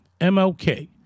MLK